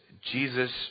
Jesus